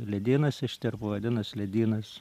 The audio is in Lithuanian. ledynas ištirpo vadinas ledynas